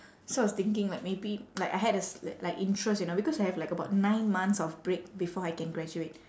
so I was thinking like maybe like I had a s~ like interest you know because I have about like nine months of break before I can graduate